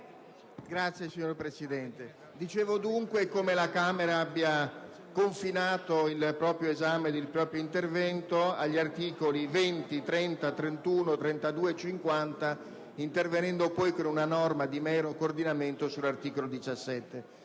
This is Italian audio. *relatore*. Dicevo dunque come la Camera abbia limitato il proprio esame ed il proprio intervento agli articoli 20, 30, 31, 32 e 50, intervenendo con una norma di mero coordinamento sull'articolo 17.